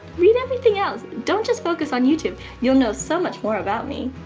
read everything else. don't just focus on youtube you'll know so much more about me